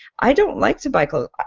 i don't like to buy clothes.